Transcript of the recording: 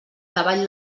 davall